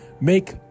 Make